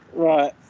Right